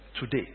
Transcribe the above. Today